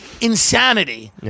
insanity